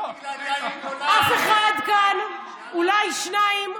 אף אחד כאן, אולי שניים,